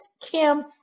kim